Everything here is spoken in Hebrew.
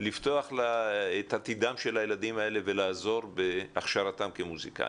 את עתידם של הילדים האלה ולעזור בהכשרתם כמוסיקאים.